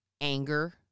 anger